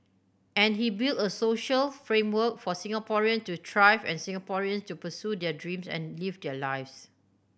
and he build a social framework for Singaporean to thrive and Singaporeans to pursue their dreams and live their lives